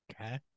Okay